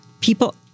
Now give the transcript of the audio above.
People